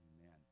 Amen